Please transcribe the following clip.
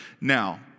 Now